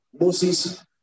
Moses